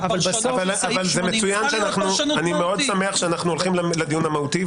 אני מאוד שמח שאנחנו הולכים לדיון המהותי,